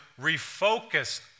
refocus